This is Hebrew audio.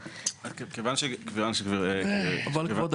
שקיות קלות מנייר אי אפשר.